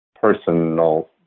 personal